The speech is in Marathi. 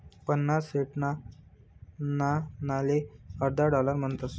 पन्नास सेंटना नाणाले अर्धा डालर म्हणतस